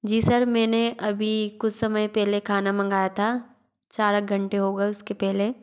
जी sir मैं ने अभी कुछ समय पहले खाना मंगाया था चार घण्टे हो गए उसके पहले